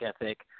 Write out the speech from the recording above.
ethic